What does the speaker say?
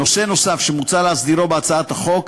נושא נוסף שמוצע להסדירו בהצעת החוק,